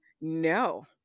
No